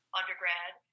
undergrad